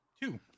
two